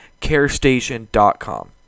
carestation.com